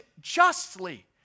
justly